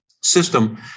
system